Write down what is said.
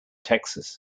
texas